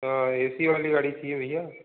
हाँ A C वाली गाड़ी चाहिए भईया